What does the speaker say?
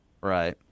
right